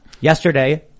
Yesterday